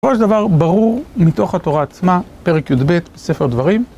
בסופו של דבר, ברור מתוך התורה עצמה, פרק י"ב בספר דברים